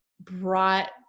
brought